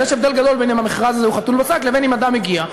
אבל יש הבדל גדול אם המכרז הזה הוא חתול בשק או אם אדם מגיע,